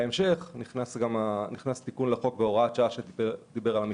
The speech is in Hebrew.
בהמשך נכנסה גם הוראת שעה לגבי תיקון